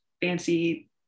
fancy